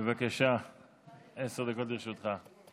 בבקשה, עשר דקות לרשותך.